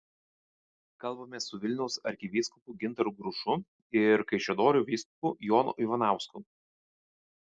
kalbamės su vilniaus arkivyskupu gintaru grušu ir kaišiadorių vyskupu jonu ivanausku